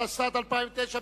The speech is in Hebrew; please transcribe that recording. התשס”ט 2009,